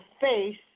face